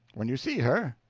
when you see her